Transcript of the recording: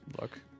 look